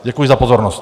Děkuji za pozornost.